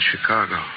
Chicago